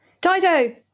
Dido